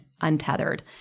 untethered